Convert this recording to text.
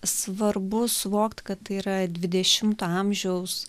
svarbu suvokt kad tai yra dvidešimto amžiaus